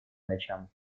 ночам